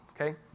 okay